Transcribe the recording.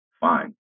fine